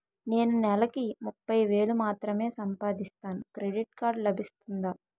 నేను నెల కి ముప్పై వేలు మాత్రమే సంపాదిస్తాను క్రెడిట్ కార్డ్ లభిస్తుందా?